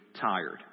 tired